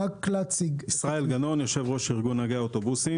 ישראל גנון, יושב-ראש ארגון נהגי האוטובוסים.